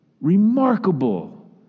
Remarkable